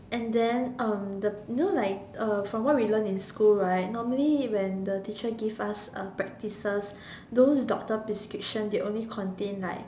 and then um the you know like uh from what we learnt in school right normally when the teacher give us uh practices those doctor's prescription they only contain like